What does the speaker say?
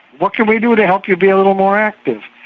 what can we do to help you be a little more active?